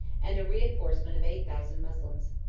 and a reenforcement of eight thousand moslems.